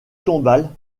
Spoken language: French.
tombale